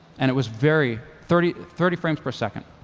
and it was very thirty thirty frames per second.